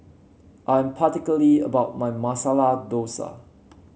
I am particular about my Masala Dosa